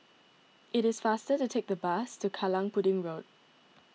it is faster to take the bus to Kallang Pudding Road